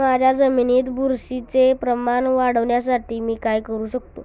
माझ्या जमिनीत बुरशीचे प्रमाण वाढवण्यासाठी मी काय करू शकतो?